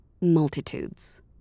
multitudes